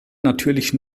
natürlich